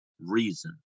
reason